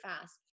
fast